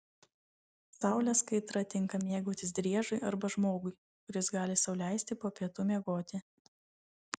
saulės kaitra tinka mėgautis driežui arba žmogui kuris gali sau leisti po pietų miegoti